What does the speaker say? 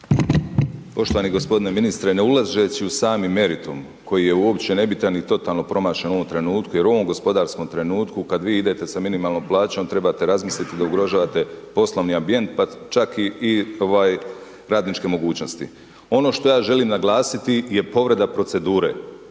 Poštovani gospodine ministre. Ne ulazeći u sami meritum koji je uopće nebitan i totalno promašen u ovom trenutku, jer u ovom gospodarskom trenutku kad vi idete sa minimalnom plaćom, trebate razmisliti da ugrožavate poslovni ambijent, pa čak i radničke mogućnosti. Ono što ja želim naglasiti je povreda procedure.